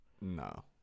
No